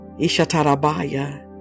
Ishatarabaya